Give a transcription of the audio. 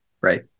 Right